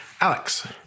Alex